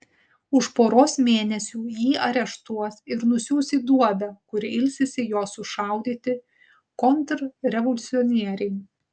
už poros mėnesių jį areštuos ir nusiųs į duobę kur ilsisi jo sušaudyti kontrrevoliucionieriai